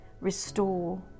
restore